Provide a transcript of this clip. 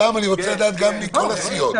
למשל, הנושא של שטח פתוח במבנה.